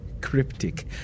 cryptic